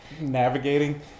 navigating